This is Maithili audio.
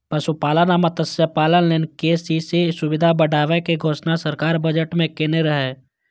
पशुपालन आ मत्स्यपालन लेल के.सी.सी सुविधा बढ़ाबै के घोषणा सरकार बजट मे केने रहै